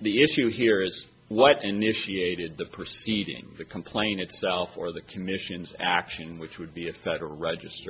the issue here is what initiated the proceeding the complaint itself or the commission's action which would be a federal register